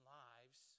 lives